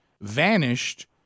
vanished